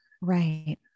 Right